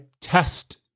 test